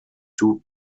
two